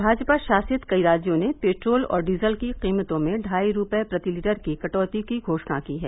भाजपा शासित कई राज्यों ने पेट्रोल और डीजल की कीमतों में ढाई रुपये प्रति लीटर की कटौती की घोषणा की है